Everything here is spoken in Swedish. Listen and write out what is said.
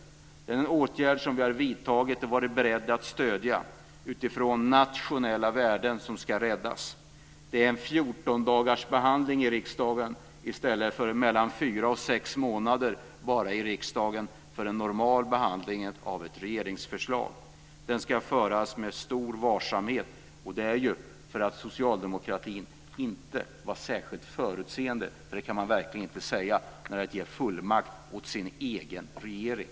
Det är en åtgärd som vi har vidtagit och varit beredda att stödja utifrån nationella värden som ska räddas. Det är en 14-dagarsbehandling i riksdagen i stället för mellan fyra och sex månader bara i riksdagen för en normal behandling av ett regeringsförslag. Detta ska göras med stor varsamhet. Anledningen är ju att socialdemokratin inte var särskilt förutseende, det kan man verkligen inte säga, med att ge fullmakt åt sin egen regering.